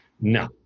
no